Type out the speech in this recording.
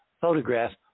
photograph